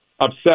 upset